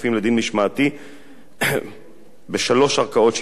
כפופים לדין משמעתי בשלוש ערכאות שיפוט: